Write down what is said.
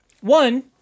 One